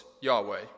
Yahweh